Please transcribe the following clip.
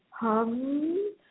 Hum